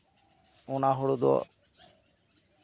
ᱚᱱᱟ ᱦᱩᱲᱩ ᱫᱚ